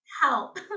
help